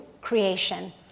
creation